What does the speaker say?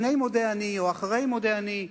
לפני "מודה אני" או אחרי "מודה אני",